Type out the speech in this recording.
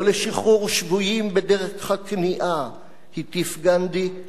לא לשחרור שבויים בדרך הכניעה הטיף גנדי,